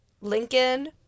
Lincoln